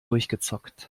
durchgezockt